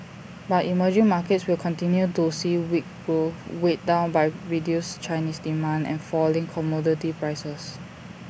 but emerging markets will continue to see weak growth weighed down by reduced Chinese demand and falling commodity prices